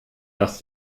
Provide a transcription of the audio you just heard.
dass